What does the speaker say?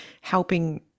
helping